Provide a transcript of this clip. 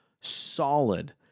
solid